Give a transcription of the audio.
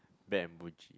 Bambuchi